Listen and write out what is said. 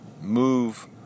move